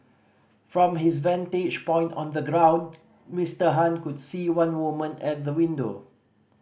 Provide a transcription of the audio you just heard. from his vantage point on the ground Mister Han could see one woman at the window